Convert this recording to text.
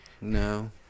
No